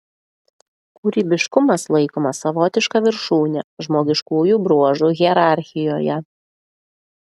kūrybiškumas laikomas savotiška viršūne žmogiškųjų bruožų hierarchijoje